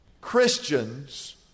Christians